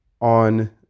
on